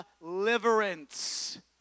deliverance